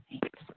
Thanks